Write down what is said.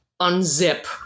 unzip